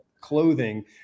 clothing